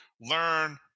learn